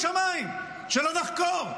שומו שמיים, שלא נחקור.